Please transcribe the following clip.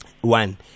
One